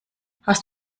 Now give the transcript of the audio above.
hast